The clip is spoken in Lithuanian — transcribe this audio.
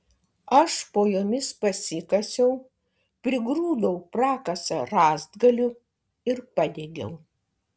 aš po jomis pasikasiau prigrūdau prakasą rąstgalių ir padegiau